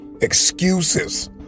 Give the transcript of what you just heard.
Excuses